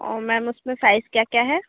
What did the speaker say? और मैम उसमें फाइल्स क्या क्या है